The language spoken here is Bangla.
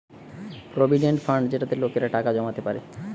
প্রভিডেন্ট ফান্ড যেটাতে লোকেরা টাকা জমাতে পারে